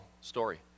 story